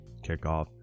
kickoff